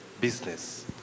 business